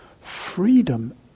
freedom